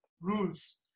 rules